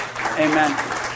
Amen